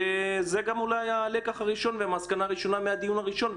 וזה גם אולי הלקח הראשון והמסקנה הראשונה מהדיון הראשון.